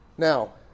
Now